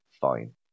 fine